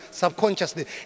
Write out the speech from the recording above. subconsciously